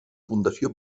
fundació